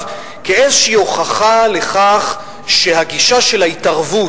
כאיזושהי הוכחה לכך שהגישה של ההתערבות,